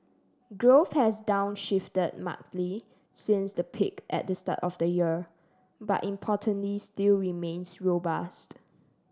growth has downshifted markedly since the peak at the start of the year but importantly still remains robust